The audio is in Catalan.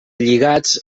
lligats